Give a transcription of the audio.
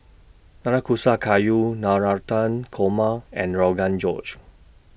Nanakusa Gayu Navratan Korma and Rogan Josh